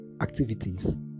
activities